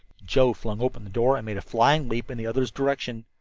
joe flung open the door and made a flying leap in the other's direction.